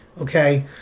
Okay